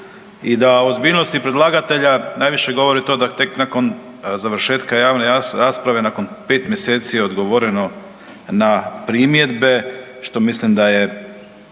i da ozbiljnosti predlagatelja najviše govori to da tek nakon završetka javne rasprave nakon 5 mjeseci odgovoreno na primjedbe, što mislim da je